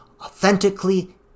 authentically